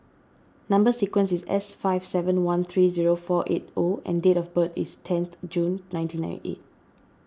Number Sequence is S five seven one three zero four eight O and date of birth is tenth June nineteen ninety eight